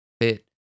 fit